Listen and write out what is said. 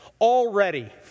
already